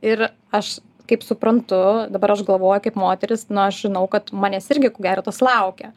ir aš kaip suprantu dabar aš galvoju kaip moteris nu aš žinau kad manęs irgi ko gero tas laukia